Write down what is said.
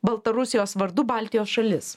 baltarusijos vardu baltijos šalis